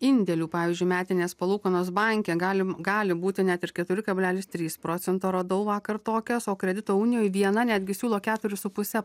indėlių pavyzdžiui metinės palūkanos banke galim gali būti net ir keturi kablelis trys procento radau vakar tokias o kredito unijoj viena netgi siūlo keturis su puse